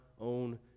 own